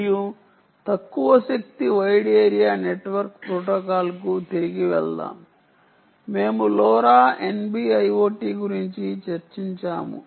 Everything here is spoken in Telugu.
మరియు తక్కువ శక్తి వైడ్ ఏరియా నెట్వర్క్ ప్రోటోకాల్లకు తిరిగి వెళ్దాం మేము LORA NB IoT గురించి చర్చించాము